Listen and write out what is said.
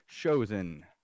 Chosen